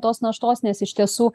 tos naštos nes iš tiesų